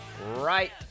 Right